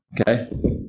Okay